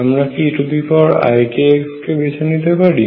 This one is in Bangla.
আমরা কি eikx কে বেছে নিতে পারি